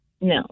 No